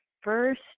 first